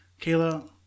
Kayla